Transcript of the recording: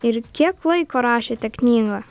ir kiek laiko rašėte knygą